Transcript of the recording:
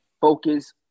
focus